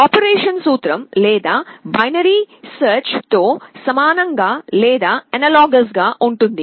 operation సూత్రం లేదా binary search తో సమానం గా లేదా సారూప్యమైనది గా ఉంటుంది